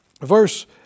verse